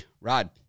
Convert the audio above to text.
Rod